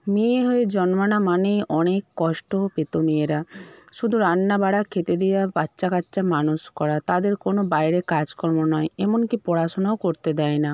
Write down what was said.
মেয়ে হয়ে জন্মানো মানেই অনেক কষ্ট পেত মেয়েরা শুধু রান্না বাড়া খেতে দেওয়া বাচ্চা কাচ্চা মানুষ করা তাদের কোনো বাইরে কাজকর্ম নয় এমনকি পড়াশুনাও করতে দেয় না